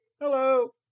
Hello